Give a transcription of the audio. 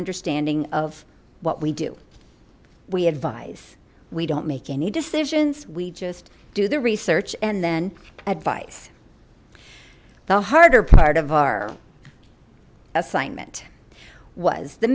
understanding of what we do we advise we don't make any decisions we just do the research and then advice the harder part of our assignment was the